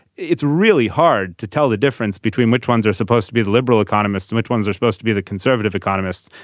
it's really hard to tell the difference between which ones are supposed to be liberal economists and which ones are supposed to be the conservative economists.